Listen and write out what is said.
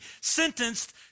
sentenced